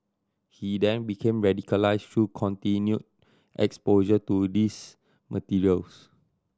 he then became radicalise through continue exposure to these materials